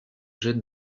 jette